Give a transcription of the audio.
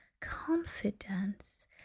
confidence